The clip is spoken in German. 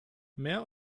mehr